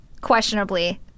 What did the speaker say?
questionably